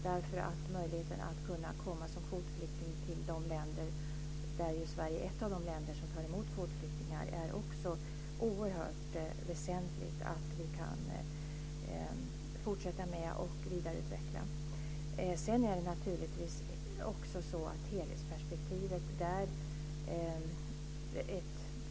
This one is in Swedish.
Det är nämligen oerhört väsentligt att möjligheten att komma som kvotflykting till de länder som tar emot kvotflyktingar, varav Sverige är ett, kan vara kvar och utvecklas vidare. Sedan handlar det naturligtvis om helhetsperspektivet.